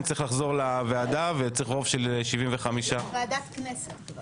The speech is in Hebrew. נצטרך לחזור לוועדה ונצטרך רוב של 75. ועדת כנסת.